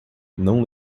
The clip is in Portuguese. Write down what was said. não